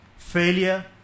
Failure